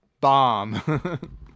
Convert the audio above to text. Bomb